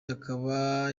akaba